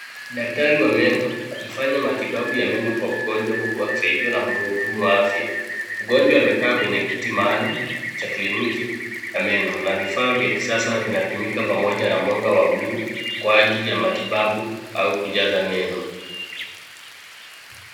Daktari wa meno akifanya matibabu ya meno kwa mgonjwa huku akisaidiwa na mhudumu wa afya. Mgonjwa amekaa kwenye kiti maalum cha kliniki ya meno. Na vifaa vya kisasa vinatumika pamoja na mwanga wa bluu, kwa ajili ya matibabu au kujaza meno